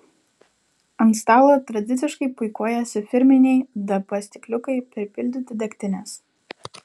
ant stalo tradiciškai puikuojasi firminiai dp stikliukai pripildyti degtinės